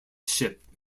ship